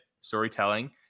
storytelling